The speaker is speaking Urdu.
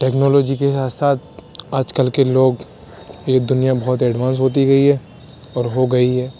ٹیکنالوجی کے ساتھ ساتھ آج کل کے لوگ یہ دنیا بہت ایڈوانس ہوتی گئی ہے اور ہوگئی ہے